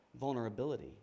vulnerability